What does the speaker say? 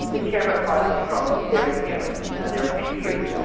they care about privacy from their parents and their peers.